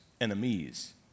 enemies